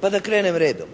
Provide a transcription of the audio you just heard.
Pa da krenem redom.